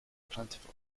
plentiful